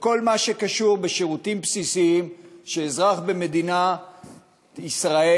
מה שקשור בשירותים בסיסיים שאזרח במדינת ישראל